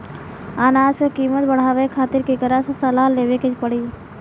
अनाज क कीमत बढ़ावे खातिर केकरा से सलाह लेवे के पड़ी?